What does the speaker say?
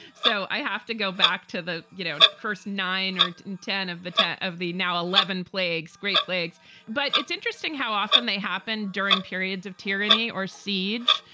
so i have to go back to the you know first nine or and ten of the ten of the now. eleven plagues, great plagues but it's interesting how often they happen during periods of tyranny or siege,